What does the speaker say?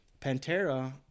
Pantera